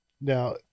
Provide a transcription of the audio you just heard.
Now